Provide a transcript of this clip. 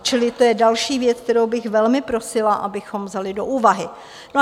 Čili to je další věc, kterou bych velmi prosila, abychom vzali do úvahy.